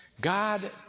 God